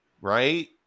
right